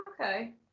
Okay